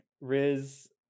Riz